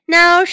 Now